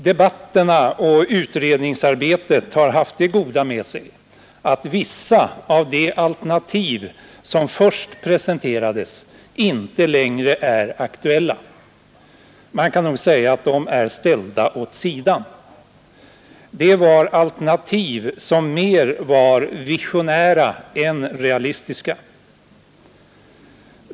Debatterna och utredningsarbetet har haft det goda med sig att vissa av de alternativ som först presenterades inte längre är aktuella. Man kan säga att de är ställda åt sidan. Det var alternativ som var mer visionära än realistiska.